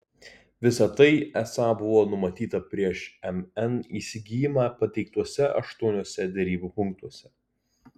visa tai esą buvo numatyta prieš mn įsigijimą pateiktuose aštuoniuose derybų punktuose